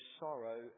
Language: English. sorrow